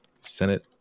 Senate